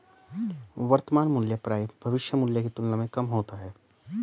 वर्तमान मूल्य प्रायः भविष्य मूल्य की तुलना में कम होता है